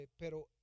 pero